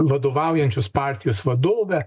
vadovaujančios partijos vadove